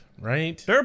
Right